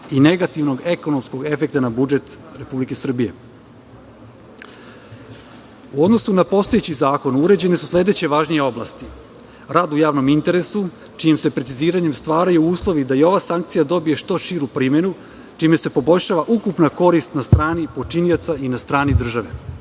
i negativnog ekonomskog efekta na budžet Republike Srbije.U odnosu na postojeći zakon uređene su sledeće važnije oblasti: rad u javnom interesu, čijim se preciziranjem stvaraju uslovi da i ova sankcija dobije što širu primenu, čime se poboljšava ukupna korist na strani počinioca i na strani države;